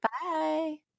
Bye